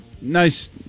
Nice